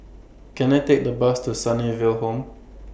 Can I Take The Bus to Sunnyville Home